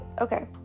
okay